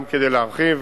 גם כדי להרחיב.